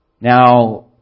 Now